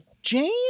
Jane